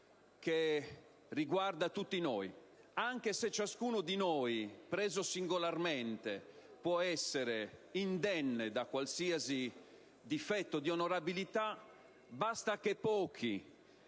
che riguarda tutti noi. Anche se ciascun parlamentare, preso singolarmente, può essere indenne da qualsiasi difetto di onorabilità, basta che pochi